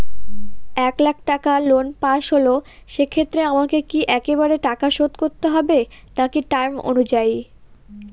এক লাখ টাকা loan pass হল সেক্ষেত্রে আমাকে কি একবারে টাকা শোধ করতে হবে নাকি টার্ম অনুযায়ী?